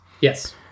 Yes